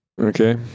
Okay